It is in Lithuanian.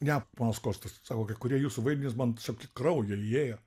ne ponas kostas sako kai kurie jūsų vaidmenys man tiesiog į kraują įėjo